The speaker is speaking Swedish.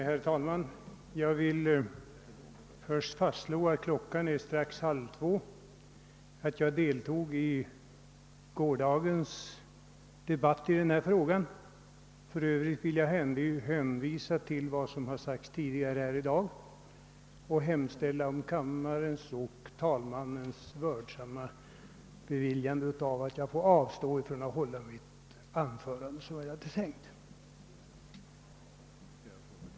Herr talman! Jag vill först fastslå att klockan strax är halv två samt att jag deltog i gårdagens debatt i denna fråga. I övrigt hänvisar jag till vad som sagts tidigare här i dag och avstår, herr talman och ärade kammarledamöter, från att hålla det anförande som jag hade tänkt hålla.